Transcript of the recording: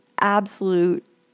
absolute